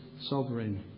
sovereign